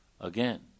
again